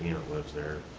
lives there.